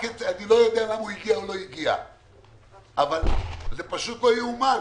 אני לא יודע למה הוא לא הגיע אבל זה פשוט לא יאומן.